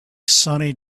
sunny